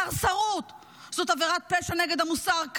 סרסרות זאת עבירת פשע נגד המוסר,